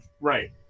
Right